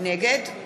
נגד